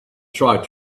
tried